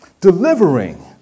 delivering